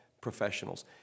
professionals